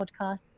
podcast